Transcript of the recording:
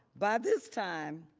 by this time,